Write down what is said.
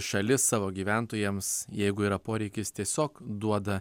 šalis savo gyventojams jeigu yra poreikis tiesiog duoda